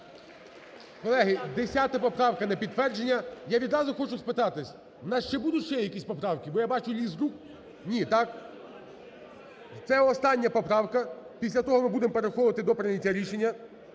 Колеги, 10 поправка на підтвердження. Я відразу ще хочу спитати: в нас ще будуть ще якісь поправки, бо я бачу ліс рук. Ні, так? Це остання поправка, після того ми будемо переходити до прийняття рішення.